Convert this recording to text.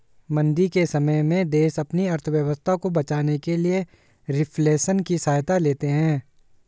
मंदी के समय में देश अपनी अर्थव्यवस्था को बचाने के लिए रिफ्लेशन की सहायता लेते हैं